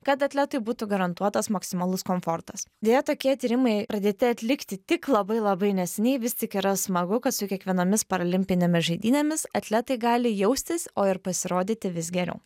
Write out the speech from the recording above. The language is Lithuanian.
kad atletui būtų garantuotas maksimalus komfortas deja tokie tyrimai pradėti atlikti tik labai labai neseniai vis tik yra smagu kad su kiekvienomis paralimpinėmis žaidynėmis atletai gali jaustis o ir pasirodyti vis geriau